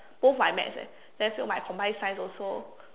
both my maths eh then fail my combined science also